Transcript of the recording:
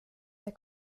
der